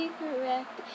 correct